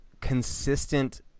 consistent